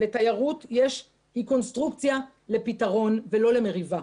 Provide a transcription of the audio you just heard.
לתיירות יש קונסטרוקציה לפתרון ולא למריבה.